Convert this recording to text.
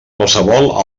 qualsevol